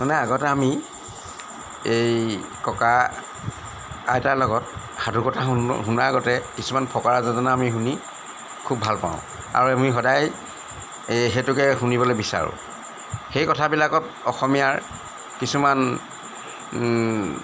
মানে আগতে আমি এই ককা আইতাৰ লগত সাধুকথা শুনো শুনাৰ আগতে কিছুমান ফকৰা যোজনা আমি শুনি খুব ভাল পাওঁ আৰু আমি সদায় সেইটোকে শুনিবলে বিচাৰোঁ সেই কথাবিলাকত অসমীয়াৰ কিছুমান